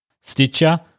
Stitcher